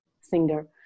singer